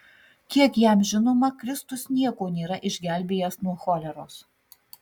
kiek jam žinoma kristus nieko nėra išgelbėjęs nuo choleros